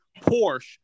Porsche